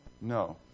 No